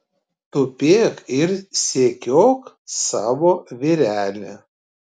tupėk ir sekiok savo vyrelį